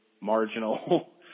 marginal